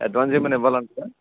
advance ఏమన్న ఇవ్వాల అంటారా